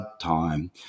time